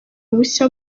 bushya